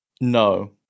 No